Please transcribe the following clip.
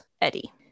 Eddie